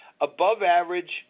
above-average